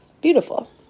Beautiful